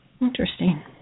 Interesting